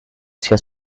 zia